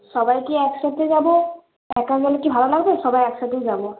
সবাই কি একসঙ্গে যাবে একা গেলে কি ভালো লাগবে সবাই একসঙ্গেই যাব